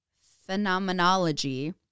phenomenology